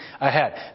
ahead